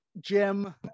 Jim